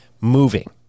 Moving